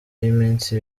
y’iminsi